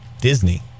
Disney